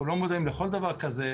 אנחנו לא מודעים לכל דבר כזה.